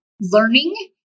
learning